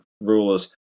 rulers